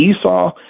Esau